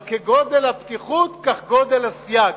אבל כגודל הפתיחות כך גודל הסייג,